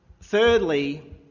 thirdly